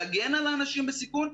להגן על האנשים בסיכון,